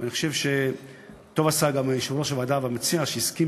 ואני חושב שטוב עשו גם יושב-ראש הוועדה והמציע שהסכימו